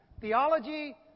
Theology